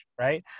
right